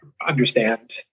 understand